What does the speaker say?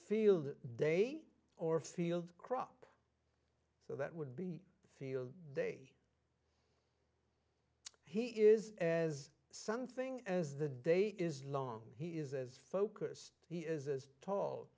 field day or field crop so that would be field day he is as something as the day is long he is as focused he is as tall